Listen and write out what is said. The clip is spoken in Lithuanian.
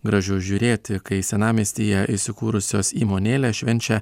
gražu žiūrėti kai senamiestyje įsikūrusios įmonėlės švenčia